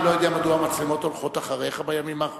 אני לא יודע מדוע המצלמות הולכות אחריך בימים האחרונים.